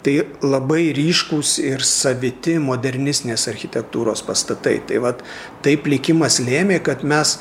tai labai ryškūs ir saviti modernistinės architektūros pastatai tai vat taip likimas lėmė kad mes